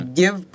give